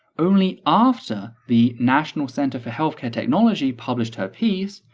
only after the national center for healthcare technology published her piece,